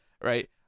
right